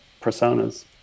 personas